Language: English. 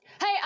hey